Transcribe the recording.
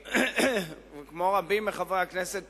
כמו רבים מחברי הכנסת,